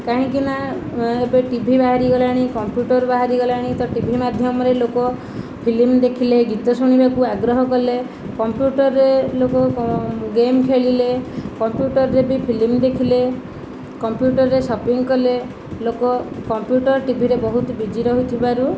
କାହିଁକିନା ଏବେ T V ବାହାରି ଗଲାଣି କମ୍ପ୍ୟୁଟର ବାହାରି ଗଲାଣି ତ ଟି ଭି ମାଧ୍ୟମରେ ଲୋକ ଫିଲିମ ଦେଖିଲେ ଗୀତ ଶୁଣିବାକୁ ଆଗ୍ରହ କଲେ କମ୍ପ୍ୟୁଟରରେ ଲୋକ ଗେମ୍ ଖେଳିଲେ କମ୍ପ୍ୟୁଟରରେ ବି ଫିଲ୍ମ ଦେଖିଲେ କମ୍ପ୍ୟୁଟରରେ ଶପିଂ କଲେ ଲୋକ କମ୍ପ୍ୟୁଟର ଟିଭିରେ ବହୁତ ବିଜି ରହୁଥିବାରୁ